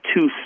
two